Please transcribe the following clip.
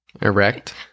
Erect